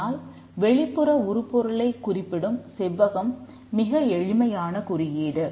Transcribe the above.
ஆனால் வெளிப்புற உருப்பொருளைக் குறிப்பிடும் செவ்வகம் மிக எளிமையான குறியீடு